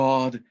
God